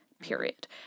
period